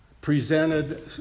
presented